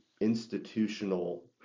institutional